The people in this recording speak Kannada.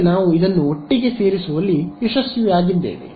ಈಗ ನಾವು ಇದನ್ನು ಒಟ್ಟಿಗೆ ಸೇರಿಸುವಲ್ಲಿ ಯಶಸ್ವಿಯಾಗಿದ್ದೇವೆ